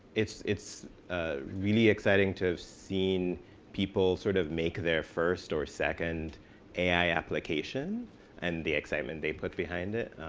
it's it's ah really exciting to have seen people sort of make their first or second ai application and the excitement they put behind it,